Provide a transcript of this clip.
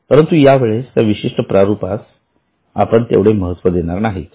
परंतु यावेळेस त्या विशिष्ट प्रारूपास आपण तेवढे महत्व देणार नाहीत